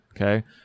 Okay